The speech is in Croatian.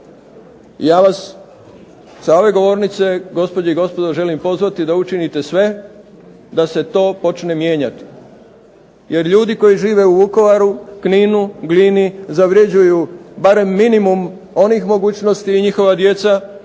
Ja vas sa ove govornice gospođe i gospodo želim pozvati da učinite sve da se to počne mijenjati. Jer ljudi koji žive u Vukovaru, Kninu, Glini zavređuju barem minimum onih mogućnosti i njihova djeca